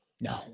No